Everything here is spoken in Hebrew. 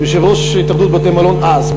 יושב-ראש התאחדות בתי-המלון אז,